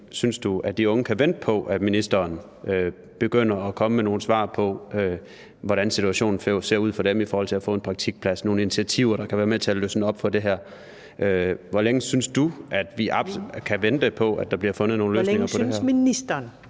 synes du, at de unge kan vente på, at ministeren begynder at komme med nogle svar på, hvordan situationen ser ud for dem i forhold til at få en praktikplads, altså nogle initiativer, der kan være med til at løsne op for det her? Hvor længe synes du, at vi kan vente på, at der bliver fundet nogle løsninger på det her? Kl. 16:44 Første